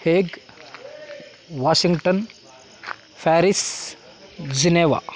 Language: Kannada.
ಹೇಗ್ ವಾಷಿಂಗ್ಟನ್ ಫ್ಯಾರಿಸ್ ಜಿನೆವಾ